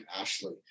Ashley